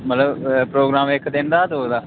मतलब प्रोग्राम इक दिन दा दो दा